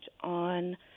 on